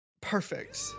perfect